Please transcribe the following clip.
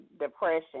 depression